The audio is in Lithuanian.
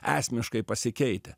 esmiškai pasikeitę